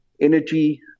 energy